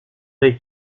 est